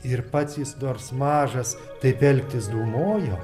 ir pats jis nors mažas taip elgtis dūmojo